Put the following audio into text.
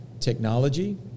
technology